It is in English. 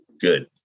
good